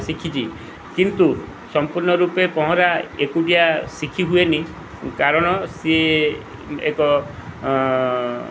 ଶିଖିଛି କିନ୍ତୁ ସମ୍ପୂର୍ଣ୍ଣ ରୂପେ ପହଁରା ଏକୁଟିଆ ଶିଖି ହୁଏନି କାରଣ ସିଏ ଏକ